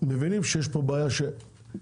מבינים שיש פה בעיה שקיימת.